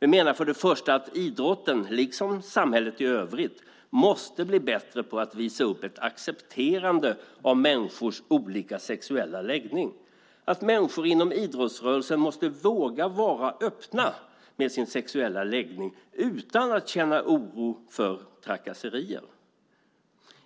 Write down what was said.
Vi menar först och främst att idrotten liksom samhället i övrigt måste bli bättre på att visa upp ett accepterande av människors olika sexuella läggning. Människor inom idrottsrörelsen måste våga vara öppna med sin sexuella läggning utan att känna oro för trakasserier.